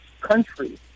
country